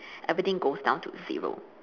everything goes down to zero